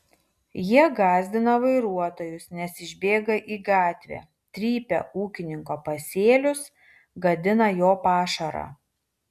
jie gąsdina vairuotojus nes išbėga į gatvę trypia ūkininko pasėlius gadina jo pašarą